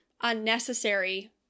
unnecessary